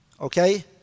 Okay